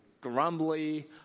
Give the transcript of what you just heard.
grumbly